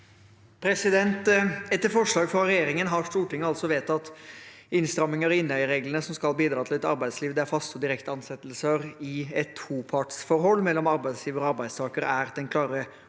Etter for- slag fra regjeringen har Stortinget vedtatt innstramminger i innleiereglene som skal bidra til et arbeidsliv der faste og direkte ansettelser i et topartsforhold mellom arbeidsgiver og arbeidstaker er den klare hovedre